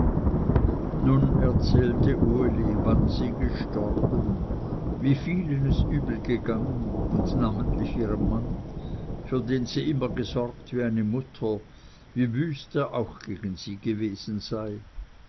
nun erzählte uli wann sie gestorben wie vielen es übel gegangen und namentlich ihrem mann für den sie immer gesorgt wie eine mutter wie wüst er auch gegen sie gewesen sei